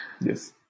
yes